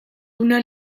una